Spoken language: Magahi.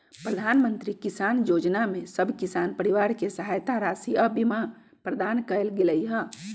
प्रधानमंत्री किसान जोजना में सभ किसान परिवार के सहायता राशि आऽ बीमा प्रदान कएल गेलई ह